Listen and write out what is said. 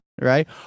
right